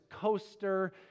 coaster